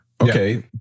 okay